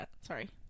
Sorry